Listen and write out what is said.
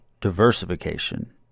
diversification